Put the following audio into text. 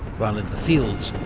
while in the fields,